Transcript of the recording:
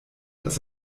dass